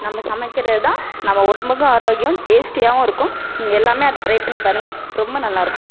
நம்ம சமைக்கிறது தான் நம்ம உடம்புக்கும் ஆரோக்கியம் டேஸ்ட்டியாகவும் இருக்கும் நீங்கள் எல்லாமே அதை ட்ரை பண்ணிப் பாருங்கள் ரொம்ப நல்லாயிருக்கும்